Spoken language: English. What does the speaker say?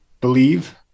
believe